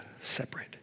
separate